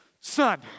son